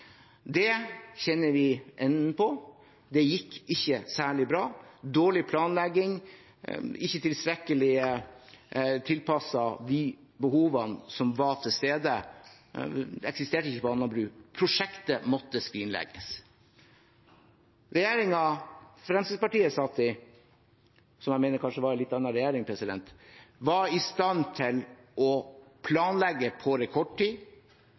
Det kjenner vi enden på: Det gikk ikke særlig bra, dårlig planlegging, ikke tilstrekkelig tilpasset de behovene som var til stede – det eksisterte ikke på Alnabru. Prosjektet måtte skrinlegges. Regjeringen Fremskrittspartiet satt i, som jeg mener kanskje var en litt annen regjering, var i stand til å planlegge på rekordtid